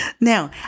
Now